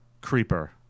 Creeper